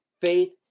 Faith